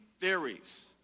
theories